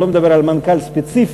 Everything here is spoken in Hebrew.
אני לא מדבר על מנכ"ל ספציפי,